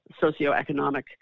socioeconomic